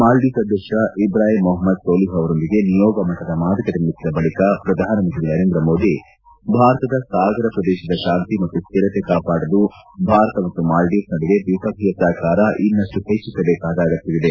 Maldives ಅಧ್ಯಕ್ಷ ಇಬ್ರಾಹಿಮ್ ಮೊಹಮದ್ ಸೋಲಿಹ್ ಅವರೊಂದಿಗೆ ನಿಯೋಗ ಮಟ್ಟದ ಮಾತುಕತೆ ನಡೆಸಿದ ಬಳಿಕ ಪ್ರಧಾನಮಂತ್ರಿ ನರೇಂದ್ರ ಮೋದಿ ಭಾರತದ ಸಾಗರ ಪ್ರದೇಶ ಶಾಂತಿ ಮತ್ತು ಸ್ಹಿರತೆ ಕಾಪಾಡಲು ಭಾರತ ಮತ್ತು ಮಾಲ್ಲೀವ್ಸ್ ನಡುವೆ ದ್ವಿಪಕ್ಷೀಯ ಸಹಕಾರ ಇನ್ನಷ್ಟು ಹೆಚ್ಚಸಬೇಕಾದ ಅಗತ್ವವಿದೆ